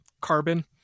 carbon